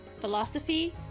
philosophy